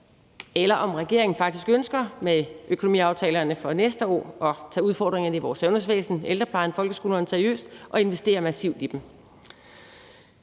eller om regeringen med økonomiaftalerne for næste år faktisk ønsker at tage udfordringerne i vores sundhedsvæsen, ældreplejen og folkeskolen seriøst og investere massivt i dem.